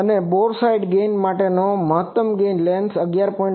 અને bore sight ગેઇનને તમે મહત્તમ ગેઇન લેન્સ સાથે 11